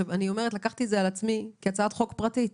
אני לקחתי את זה על עצמי כהצעת חוק פרטית,